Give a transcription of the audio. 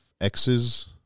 X's